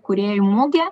kūrėjų mugė